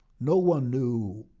no one knew.